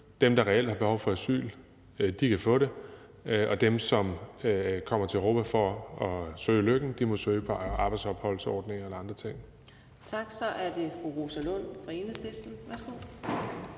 Dem, der reelt har behov for asyl, kan få det, og dem, der kommer til Europa for at søge lykken, må søge på arbejdsopholdsordninger eller andre ting. Kl. 18:32 Fjerde næstformand (Karina Adsbøl): Tak.